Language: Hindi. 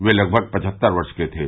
वह लगभग पचहत्तर वर्ष के थे